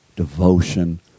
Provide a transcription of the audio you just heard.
devotion